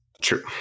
true